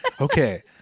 Okay